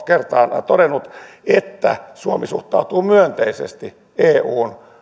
kertaan on todennut että suomi suhtautuu myönteisesti eun